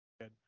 good